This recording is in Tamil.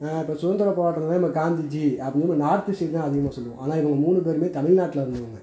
இப்போ சுதந்திர போராட்டத்தில் நம்ம காந்திஜி அப்படினு நார்த்து சைடு தான் அதிகமாக சொல்லுவோம் ஆனால் இவங்க மூணு பேருமே தமிழ்நாட்டுல இருந்தவங்க